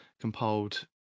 compiled